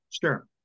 Sure